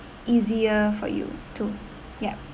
easier for you to yup